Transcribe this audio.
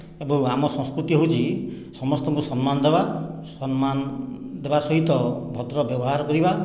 ଏବଂ ଆମ ସଂସ୍କୃତି ହେଉଛି ସମସ୍ତଙ୍କୁ ସମ୍ମାନ ଦେବା ସମ୍ମାନ ଦେବା ସହିତ ଭଦ୍ର ବ୍ୟବହାର କରିବା